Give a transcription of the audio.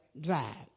drive